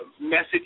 message